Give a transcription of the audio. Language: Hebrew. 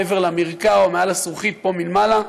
מעבר למרקע או מעל הזכוכית פה מלמעלה,